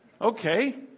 Okay